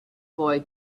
boy